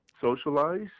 socialize